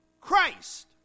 Christ